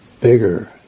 bigger